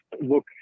look